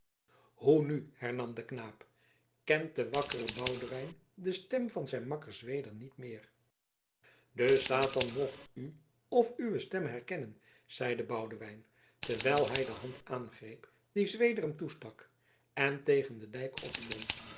hoe nu hernam de knaap kent de wakkere boudewijn de stem van zijn makker zweder niet meer de satan mocht u of uwe stem herkennen zeide boudewijn terwijl hij de hand aangreep die zweder hem toestak en tegen den dijk opklom